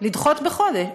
לדחות בחודש.